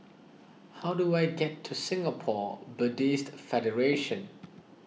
how do I get to Singapore Buddhist Federation